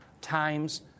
times